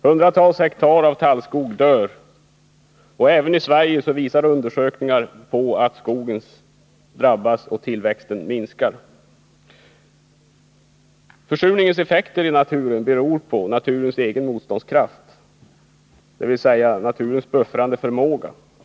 Hundratals hektar av tallskog dör, och även i Sverige visar undersökningar att skogen drabbas och tillväxten minskar. Försurningens effekter i naturen beror på naturens egen motståndskraft, dvs. naturens buffrande förmåga.